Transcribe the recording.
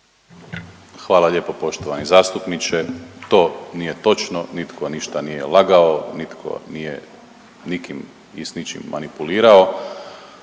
Hvala lijepo poštovani zastupniče. To nije točno, nitko ništa nije lagao, nitko nije nikim i s ničim manipulirao,